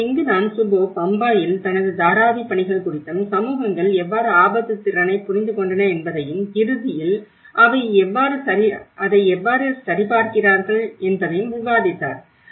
எனவே இங்குதான் சுபோ பம்பாயில் தனது தாராவி பணிகள் குறித்தும் சமூகங்கள் எவ்வாறு ஆபத்துத் திறனைப் புரிந்து கொண்டன என்பதையும் இறுதியில் அதை எவ்வாறு சரிபார்க்கிறார்கள் என்பதையும் விவாதித்தார்